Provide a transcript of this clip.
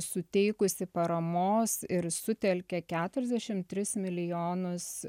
suteikusi paramos ir sutelkia keturiasdešim tris milijonus